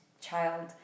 child